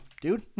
dude